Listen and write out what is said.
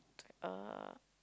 uh